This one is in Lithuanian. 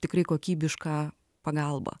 tikrai kokybišką pagalbą